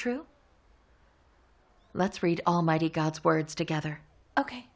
true let's read almighty god's words together ok